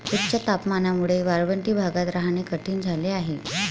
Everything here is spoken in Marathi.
उच्च तापमानामुळे वाळवंटी भागात राहणे कठीण झाले आहे